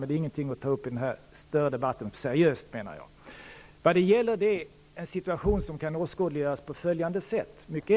Men det är ingenting att ta upp i den här stora debatten seriöst, menar jag. Vad det gäller är en situation som mycket enkelt kan åskådliggöras på följande sätt.